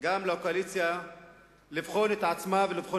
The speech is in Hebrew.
לקואליציה לבחון את עצמה ואת דרכה.